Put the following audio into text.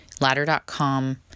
Ladder.com